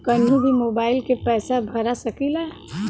कन्हू भी मोबाइल के पैसा भरा सकीला?